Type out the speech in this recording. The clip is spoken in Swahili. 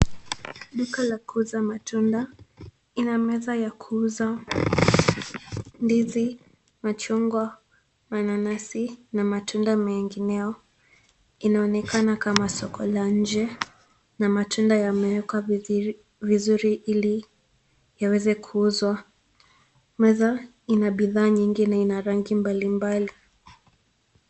Duka la kuuza matunda, ina meza ya kuuza ndizi, machungwa, mananasi na matunda mengineo, inaonekana kama soko la nje na matunda yameekwa vizuri ili yaweze kuuzwa. Meza ina bidhaa nyingi na ina rangi mbalimbali.